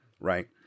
right